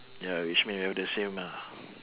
ya which mean we are the same ah